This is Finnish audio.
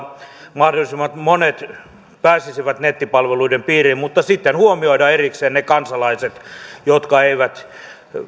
mahdollisimman monet pääsisivät nettipalveluiden piiriin mutta sitten huomioidaan erikseen ne kansalaiset jotka eivät